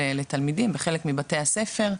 לתלמידים וחלק מבתי הספר,